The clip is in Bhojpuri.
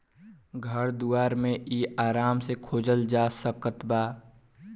घर दुआर मे इ आराम से खोजल जा सकत बा